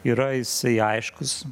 yra jisai aiškus